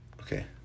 Okay